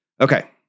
okay